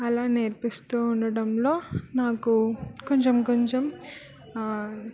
అలా నేర్పిస్తూ ఉండడంలో నాకు కొంచం కొంచం